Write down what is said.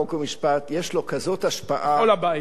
חוק ומשפט יש לו כזאת השפעה בכל הבית,